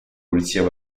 polizia